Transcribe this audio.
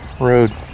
road